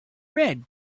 red